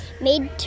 made